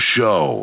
Show